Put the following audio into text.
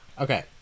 okay